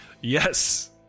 Yes